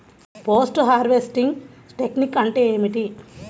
Post harvesting technique అంటే ఏమిటీ?